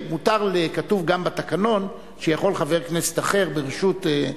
כן, כתוב גם בתקנון שיכול חבר כנסת אחר, ברשות,